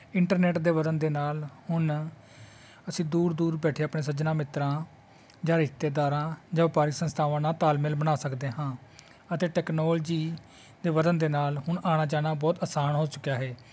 internet ਦੇ ਵਧਣ ਦੇ ਨਾਲ ਹੁਣ ਅਸੀਂ ਦੂਰ ਦੂਰ ਬੈਠੇ ਆਪਣੇ ਸੱਜਣਾਂ ਮਿੱਤਰਾਂ ਜਾਂ ਰਿਸ਼ਤੇਦਾਰਾਂ ਜਾਂ ਵਪਾਰਿਕ ਸੰਸਥਾਵਾਂ ਨਾਲ ਤਾਲਮੇਲ ਬਣਾ ਸਕਦੇ ਹਾਂ ਅਤੇ ਟੈਕਨੋਲਜੀ ਦੇ ਵਧਣ ਦੇ ਨਾਲ ਹੁਣ ਆਉਣਾ ਜਾਣਾ ਬਹੁਤ ਅਸਾਨ ਹੋ ਚੁੱਕਿਆ ਹੈ